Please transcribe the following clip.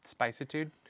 spicitude